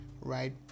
right